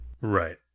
Right